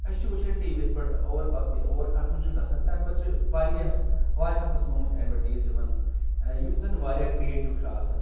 أسۍ چھِ وٕچھان ٹی وی یَس پٮ۪ٹھ اوٚوَر پَتہٕ ییٚلہِ اوٚوَر ختم چھُ گژھان تَمہِ پَتہٕ چھِ واریاہ وارِہَو قٕسمو ہُنٛد اٮ۪ڈوِٹیٖز یِوان یِم زَن واریاہ کرٛیٹِو چھِ آسان